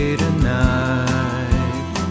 tonight